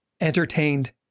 entertained